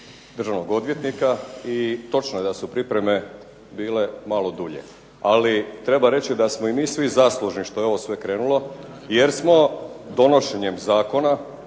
državnog odvjetnika i i točno je da su pripreme bile malo dulje. Ali treba reći da smo i mi svi zaslužni što je ovo sve krenulo jer smo donošenjem zakona